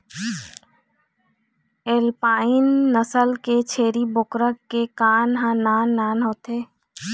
alpine नसल के छेरी बोकरा के कान ह नान नान होथे